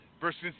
versus